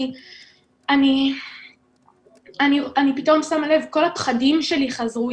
אני פתאום שמה לב שכל הפחדים שלי חזרו,